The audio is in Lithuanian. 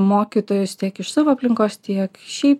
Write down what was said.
mokytojus tiek iš savo aplinkos tiek šiaip